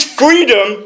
freedom